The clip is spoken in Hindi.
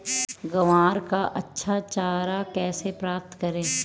ग्वार का अच्छा चारा कैसे प्राप्त करें?